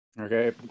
okay